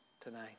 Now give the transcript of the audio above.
tonight